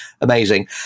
Amazing